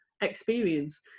experience